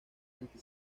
anti